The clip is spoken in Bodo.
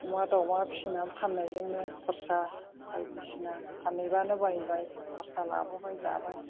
अमा दावमा फिसिनायजोंनो खरसा बायदिसिना फानहैबानो बायबाय खरसा लाबोबाय जाबाय